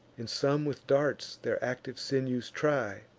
and some with darts their active sinews try.